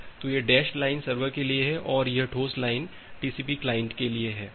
तो यह dashed line server के लिए है और यह ठोस लाइन टीसीपी क्लाइंट के लिए है